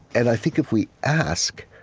and i think if we ask,